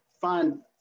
find